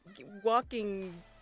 Walking